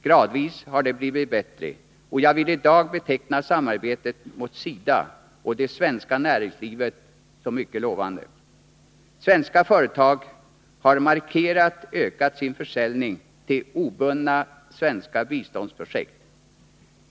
Gradvis har det blivit bättre, och jag vill i dag beteckna samarbetet mellan SIDA och det svenska näringslivet som mycket lovande. Svenska företag har markerat ökat sin försäljning till obundna svenska biståndsprojekt.